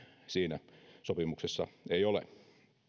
siinä sopimuksessa ei ole